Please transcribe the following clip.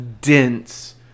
dense